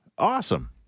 Awesome